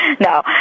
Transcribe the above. No